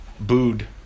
booed